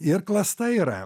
ir klasta yra